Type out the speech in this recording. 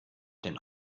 den